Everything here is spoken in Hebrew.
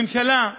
הממשלה,